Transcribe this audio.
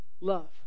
Love